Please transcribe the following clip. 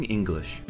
English